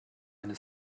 eine